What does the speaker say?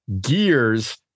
gears